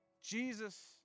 Jesus